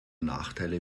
nachteile